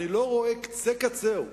אני לא רואה קצה קצהו,